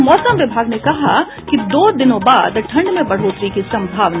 और मौसम विभाग ने कहा दो दिनों बाद ठंड में बढ़ोतरी की संभावना